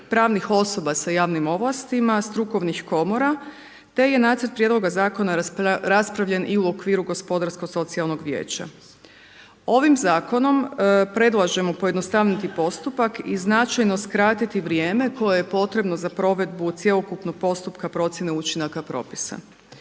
pravnih osoba sa javnim ovlastima, strukovnih komora te je nacrt prijedloga zakona raspravljen i u okviru Gospodarsko-socijalnog vijeća. Ovim zakonom predlažemo pojednostaviti postupak i značajno skratiti vrijeme koje je potrebno za provedbu cjelokupnog postupka procjene učinaka propisa.